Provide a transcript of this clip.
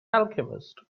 alchemist